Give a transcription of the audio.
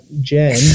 Jen